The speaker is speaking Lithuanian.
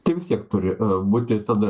tai vis tiek turi būti tada